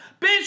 Bitch